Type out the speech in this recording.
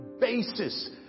basis